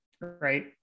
right